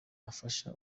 afasha